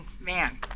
man